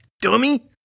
Dummy